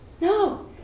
No